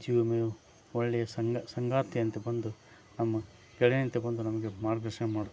ಜೀವ ವಿಮೆಯು ಒಳ್ಳೆಯ ಸಂಗ ಸಂಗಾತಿಯಂತೆ ಬಂದು ನಮ್ಮ ಗೆಳೆಯನಂತೆ ಬಂದು ನಮಗೆ ಮಾರ್ಗದರ್ಶನ ಮಾಡುತ್ತದೆ